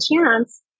chance